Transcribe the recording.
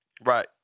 Right